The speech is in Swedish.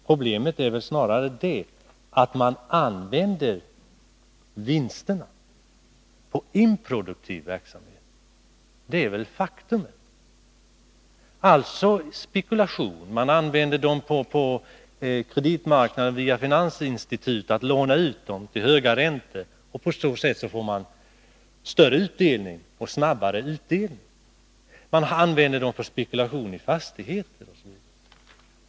Problemet är väl snarare att man använder vinsterna i improduktiv verksamhet. Det är ett faktum. Det är alltså fråga om spekulation. Man använder vinstmedlen på kreditmarknaden, där man via finansinstitut lånar ut dem till höga räntor, och på så sätt får större och snabbare utdelning. Man använder dem för spekulation i fastigheter osv.